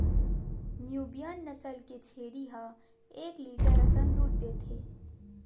Nubian नसल के छेरी ह एक लीटर असन दूद देथे